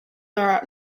are